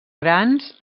grans